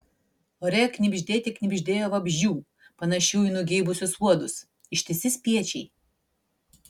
ore knibždėte knibždėjo vabzdžių panašių į nugeibusius uodus ištisi spiečiai